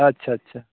ᱟᱪᱪᱷᱟ ᱟᱪᱪᱷᱟ